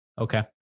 Okay